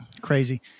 crazy